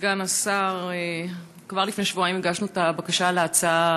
סגן השר, כבר לפני שבועיים הגשנו את הבקשה להצעה